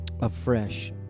afresh